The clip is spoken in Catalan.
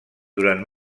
durant